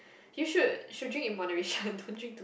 you should should drink in moderation don't drink too